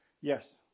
Yes